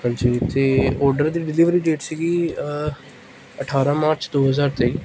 ਹਾਂਜੀ ਅਤੇ ਔਡਰ ਦੀ ਡਿਲਿਵਰੀ ਡੇਟ ਸੀਗੀ ਅਠਾਰਾਂ ਮਾਰਚ ਦੋ ਹਜ਼ਾਰ ਤੇਈ